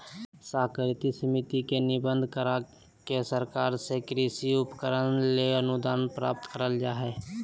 सहकारी समिति के निबंधन, करा के सरकार से कृषि उपकरण ले अनुदान प्राप्त करल जा हई